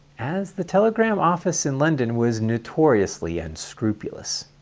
as the telegram office in london was notoriously unscrupulous.